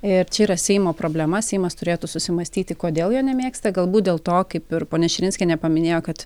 ir čia yra seimo problema seimas turėtų susimąstyti kodėl jo nemėgsta galbūt dėl to kaip ir ponia širinskienė paminėjo kad